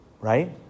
right